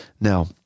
Now